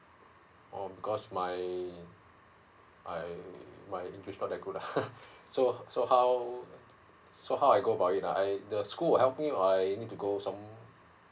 oh because my I my english is not that lah so um so how I go about it ah the school will help me or I need to go some